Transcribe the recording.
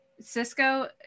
Cisco